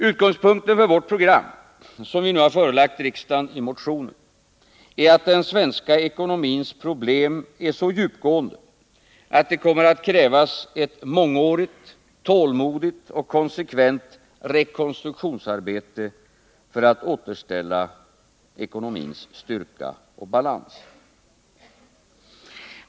Utgångspunkten för vårt program, som vi nu förelagt riksdagen i motioner, är att den svenska ekonomins problem är så djupgående att det kommer att krävas ett mångårigt, tålmodigt och konsekvent rekonstruktionsarbete för att återställa ekonomins styrka och balans.